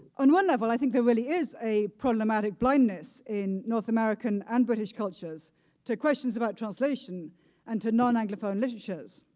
on one level, i think there really is a problematic blindness in north american and british cultures to questions about translation and to non-anglophone literature.